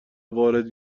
وارد